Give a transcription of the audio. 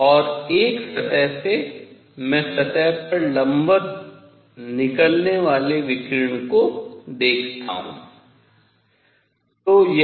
और एक सतह से मैं सतह पर लंबवत निकलने वाले विकिरण को देखता हूँ